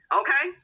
okay